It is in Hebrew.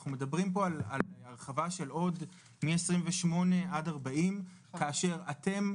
אנחנו מדברים פה על הרחבה של עוד מ-28 עד 40 כאשר אתם,